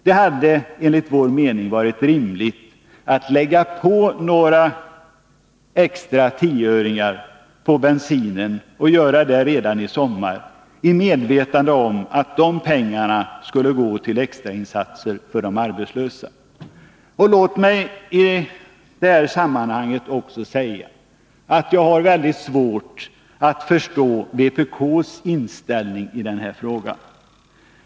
Det hade enligt vår mening varit rimligt att lägga på några tioöringar extra på bensinen redan i sommar, i medvetande om att de pengarna skulle gå till extrainsatser för de arbetslösa. Låt mig i det här sammanhanget också säga att jag har svårt för att förstå vpk:s inställning i denna fråga.